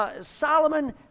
Solomon